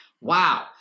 Wow